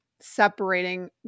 separating